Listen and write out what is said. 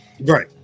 right